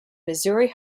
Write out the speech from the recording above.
missouri